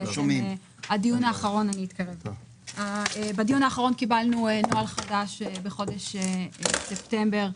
בדיון האחרון קיבלנו נוהל חדש בחודש ספטמבר.